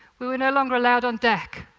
we were no longer allowed on deck.